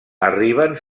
arriben